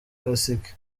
kasike